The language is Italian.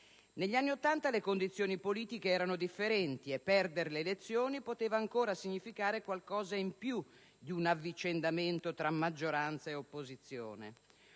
Negli anni Ottanta le condizioni politiche erano differenti e perdere le elezioni poteva ancora significare qualcosa in più di un avvicendamento tra maggioranza e opposizione.